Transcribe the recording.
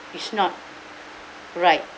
is not right